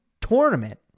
tournament